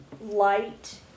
light